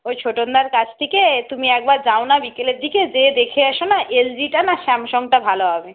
ওই ছোটনদার কাছ থেকে তুমি একবার যাও না বিকেলের দিকে গিয়ে দেখে এস না এল জিটা না স্যামসাংটা ভালো হবে